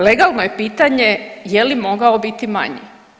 Legalno je pitanje je li mogao biti manji?